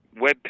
web